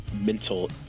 mental